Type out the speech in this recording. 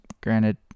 Granted